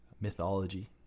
mythology